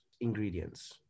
ingredients